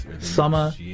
summer